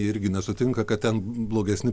irgi nesutinka kad ten blogesni